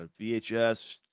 VHS